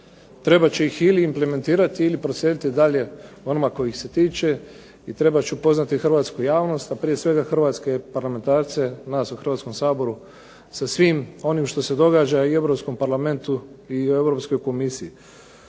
Trebat će ih ili implementirati ili proslijediti dalje onima kojih se tiče i trebat će upoznati hrvatsku javnost, a prije svega hrvatske parlamentarce, nas u Hrvatskom saboru sa svim onim što se događa i u Europskom parlamentu i u Europskoj komisiji.